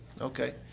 okay